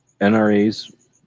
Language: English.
NRA's